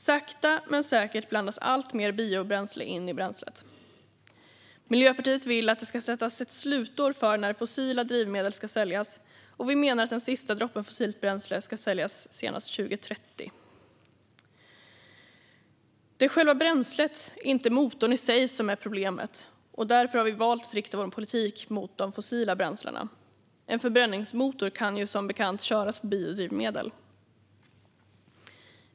Sakta men säkert blandas alltmer biobränsle in i bränslet. Miljöpartiet vill att det ska sättas ett slutår för när fossila drivmedel ska säljas, och vi menar att den sista droppen fossilt bränsle ska säljas senast 2030. Det är själva bränslet, inte motorn i sig, som är problemet, och därför har vi valt att rikta vår politik mot de fossila bränslena. En förbränningsmotor kan ju som bekant köras på biodrivmedel.